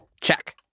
Check